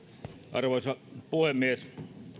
arvoisa puhemies